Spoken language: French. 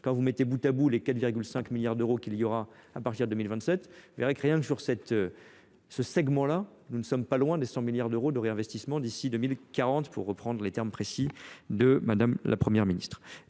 sénateurs, mettez bout à bout les 4,5 milliards d’euros qui seront dégagés à partir de 2027, et vous verrez que, rien que sur ce segment précis, nous ne sommes pas loin des 100 milliards d’euros de réinvestissement d’ici à 2040, pour reprendre les termes précis de Mme la Première ministre.